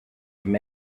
from